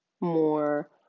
more